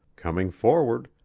coming forward,